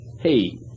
Hey